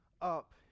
up